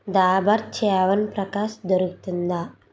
డాబర్ చ్యావన్ప్రాష్ దొరుకుతుందా